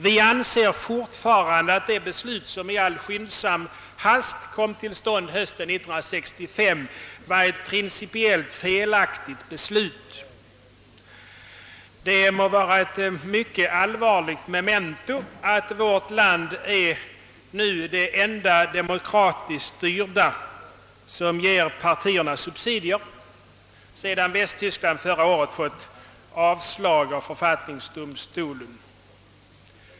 Vi anser fortfarande att det beslut som i all hast kom till stånd hösten 1965 var principiellt felaktigt. Det må vara ett mycket allvarligt memento att vårt land nu är den enda demokratiskt styrda stat som ger de politiska partierna subsidier, sedan författningsdomstolen i Västtyskland förra året förklarat sådana olagliga.